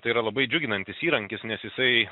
tai yra labai džiuginantis įrankis nes jisai